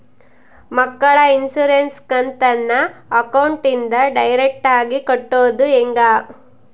ಮಕ್ಕಳ ಇನ್ಸುರೆನ್ಸ್ ಕಂತನ್ನ ಅಕೌಂಟಿಂದ ಡೈರೆಕ್ಟಾಗಿ ಕಟ್ಟೋದು ಹೆಂಗ?